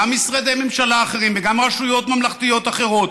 גם משרדי ממשלה אחרים וגם רשויות ממלכתיות אחרות,